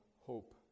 hope